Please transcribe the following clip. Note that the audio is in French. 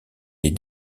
les